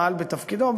מעל בתפקידו,